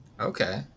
Okay